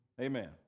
Amen